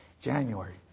January